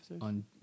on